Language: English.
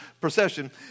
procession